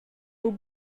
buca